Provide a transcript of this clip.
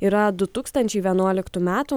yra du tūkstančiai vienuoliktų metų